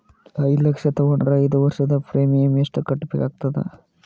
ಐದು ಲಕ್ಷ ತಗೊಂಡರ ಐದು ವರ್ಷದ ಪ್ರೀಮಿಯಂ ಎಷ್ಟು ಕಟ್ಟಬೇಕಾಗತದ?